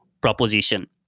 proposition